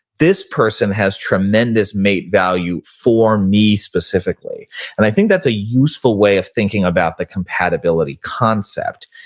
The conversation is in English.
this person has tremendous mate value for me specifically. and i think that's a useful way of thinking about the compatibility concept.